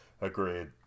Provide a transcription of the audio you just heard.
Agreed